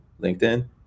LinkedIn